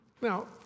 Now